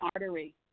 artery